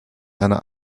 einer